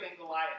Goliath